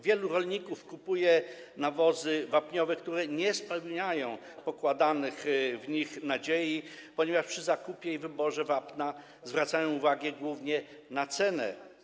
Wielu rolników kupuje nawozy wapniowe, które nie spełniają pokładanych w nich nadziei, ponieważ przy zakupie i wyborze wapna zwraca uwagę głównie na cenę.